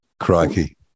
Crikey